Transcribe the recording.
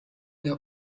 der